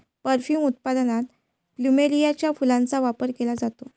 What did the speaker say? perfume उत्पादनात प्लुमेरियाच्या फुलांचा वापर केला जातो